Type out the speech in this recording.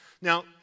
Now